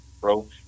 bro